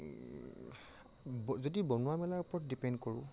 যদি বনোৱা মেলাৰ ওপৰত ডিপেণ্ড কৰোঁ